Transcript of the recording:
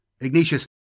Ignatius